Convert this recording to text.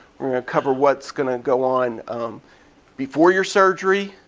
we're gonna cover what's gonna go on before your surgery,